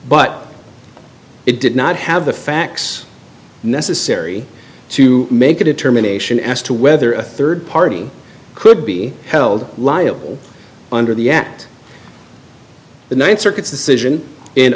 but it did not have the facts necessary to make a determination as to whether a third party could be held liable under the act the ninth circuit's decision in